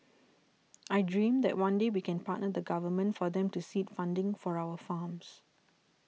I dream that one day we can partner the Government for them to seed funding for our farms